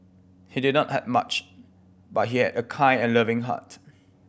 he did not have much but he had a kind and loving heart